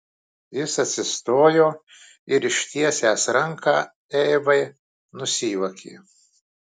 jis atsistojo ir ištiesęs ranką eivai nusijuokė